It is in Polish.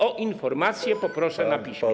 O informację poproszę na piśmie.